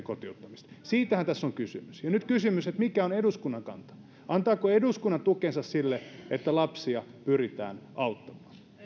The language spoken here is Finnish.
kotiuttamista siitähän tässä on kysymys ja nyt kysymys on mikä on eduskunnan kanta antaako eduskunta tukensa sille että lapsia pyritään